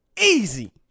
easy